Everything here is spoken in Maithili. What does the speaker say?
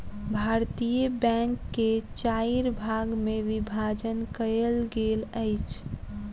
भारतीय बैंक के चाइर भाग मे विभाजन कयल गेल अछि